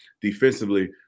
defensively